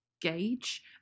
gauge